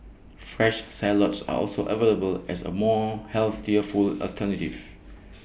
fresh salads are also available as A more alternative